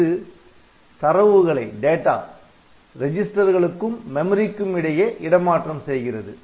இது தரவுகளை ரிஜிஸ்டர்களுக்கும் மெமரிக்கும் இடையே இடமாற்றம் செய்கிறது